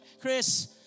Chris